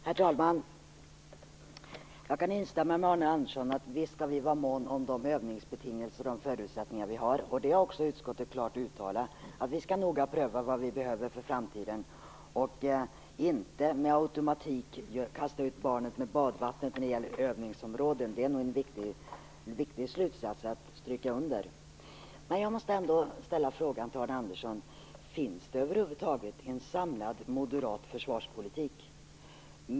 Herr talman! Jag kan instämma med Arne Andersson om att vi visst skall vara måna om de övningsbetingelser och de förutsättningar som vi har. Utskottet har också klart uttalat att vi noga skall pröva vad vi behöver för framtiden och inte med automatik kasta ut barnet med badvattnet när det gäller övningsområden. Det är nog en viktig slutsats att dra. Jag måste ändå ställa en fråga till Arne Andersson: Finns det över huvud taget en samlad moderat försvarspolitik?